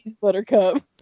buttercup